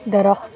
درخت